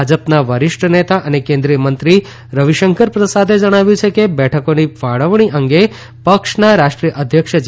ભાજપના વરિષ્ઠ નેતા અને કેન્દ્રીય મંત્રી રવિશંકર પ્રસાદે જણાવ્યું છે કે બેઠકોની ફાળવણી અંગે પક્ષના રાષ્ટ્રીય અધ્યક્ષ જે